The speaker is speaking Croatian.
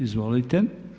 Izvolite.